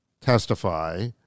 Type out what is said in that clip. testify